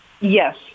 Yes